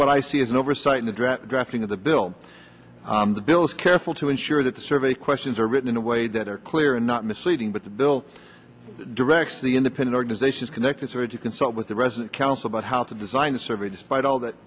what i see as an oversight in the draft drafting of the bill the bill is careful to ensure that the survey questions are written in a way that are clear and not misleading but the bill directs the independent organizations connected to consult with the resident council about how to design a survey despite all that